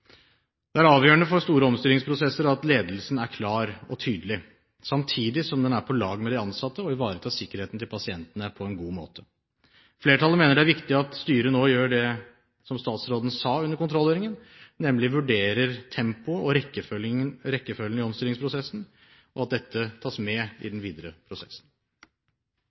Det er avgjørende for store omstillingsprosesser at ledelsen er klar og tydelig, samtidig som den er på lag med de ansatte og ivaretar sikkerheten til pasientene på en god måte. Flertallet mener det er viktig at styret nå gjør det som statsråden sa under kontrollhøringen, nemlig vurderer tempoet og rekkefølgen i omstillingsprosessen, og at dette tas med i det den videre prosessen.